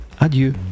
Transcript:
adieu